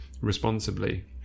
responsibly